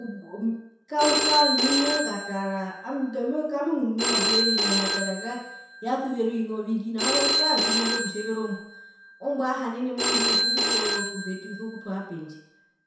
Oo kaukaa nounyangatara ami kaami omundu ngumba suvera ovinyangatara kako hiyasuvera ovina ovingi nambano taa tjimoso kutjevera ombwa, ombwa yahanene mondjiwo uso kutoora otuze twi uso kutwara pendje